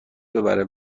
ببره